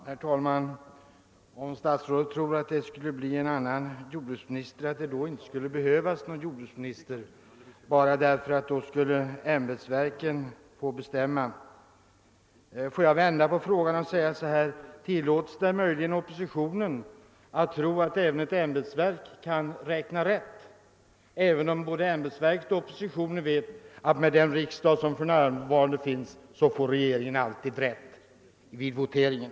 Herr talman! Statsrådet trodde att det inte skulle behövas någon jordbruksminister om ämbetsverken finge bestämma. Får jag vända på saken och säga: Tillåts det möjligen oppositionen att tro att även ett ämbetsverk kan ha rätt, även om både ämbetsverket och oppositionen vet att regeringen med den riksdag vi för närvarande har alltid får rätt vid voteringen?